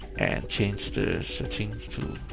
and change the settings to